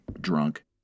drunk